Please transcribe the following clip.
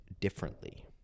differently